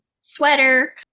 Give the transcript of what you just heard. sweater